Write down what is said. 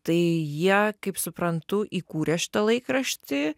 tai jie kaip suprantu įkūrė šitą laikraštį